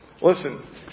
Listen